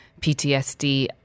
PTSD